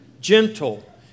gentle